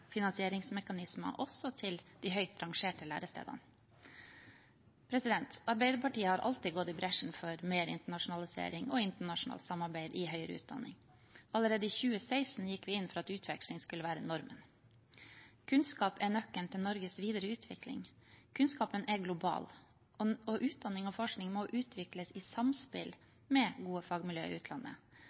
finansieringsmekanismer, også til de høyt rangerte lærestedene. Arbeiderpartiet har alltid gått i bresjen for mer internasjonalisering og internasjonalt samarbeid i høyere utdanning. Allerede i 2016 gikk vi inn for at utveksling skulle være normen. Kunnskap er nøkkelen til Norges videre utvikling. Kunnskapen er global, og utdanning og forskning må utvikles i samspill med gode fagmiljø i utlandet.